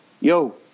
yo